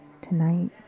tonight